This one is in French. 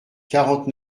quarante